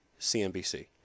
CNBC